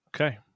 okay